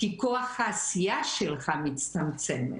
כי כוח העשייה שלך מצטמצם.